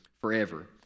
forever